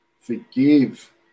Forgive